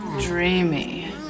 dreamy